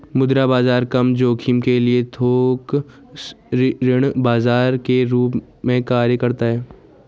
मुद्रा बाजार कम जोखिम के लिए थोक ऋण बाजार के रूप में कार्य करता हैं